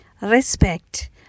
respect